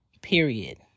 Period